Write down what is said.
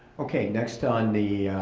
okay, next on the.